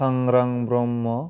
सांग्रां ब्रह्म